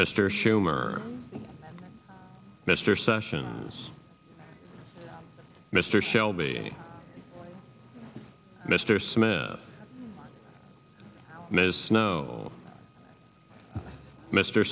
mr schumer mr sessions mr shelby mr smith ms snow mr